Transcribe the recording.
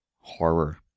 horror